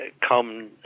come